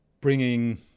bringing